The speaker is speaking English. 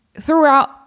throughout